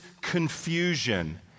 confusion